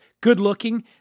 good-looking